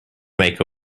make